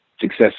success